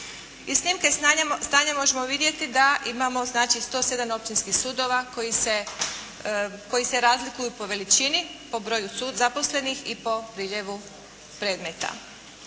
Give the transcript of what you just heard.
Iz snimke stanja možemo vidjeti da imamo znači 107 općinskih sudova koji se razlikuju po veličini, po broju zaposlenik i po broju prilijeva predmeta.